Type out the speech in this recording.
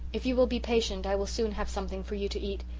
if you will be patient i will soon have something for you to eat.